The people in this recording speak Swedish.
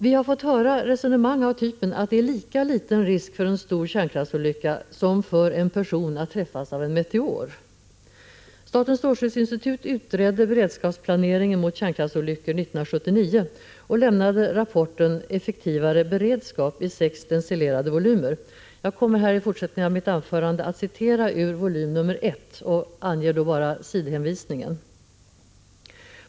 Vi har fått höra resonemang av typen att det är lika liten risk för en stor kärnkraftsolycka som för en person att träffas av en meteor. Statens strålskyddsinstitut utredde beredskapsplaneringen mot kärnkraftsolyckor 1979 och lämnade rapporten Effektivare beredskap i sex stencilerade volymer. Jag kommer i fortsättningen av mitt anförande att citera ur volym nr 1 och gör då bara en sidhänvisning.